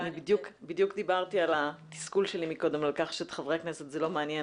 בדיוק דיברתי על התסכול שלי מקודם על כך שאת חברי הכנסת זה לא מעניין,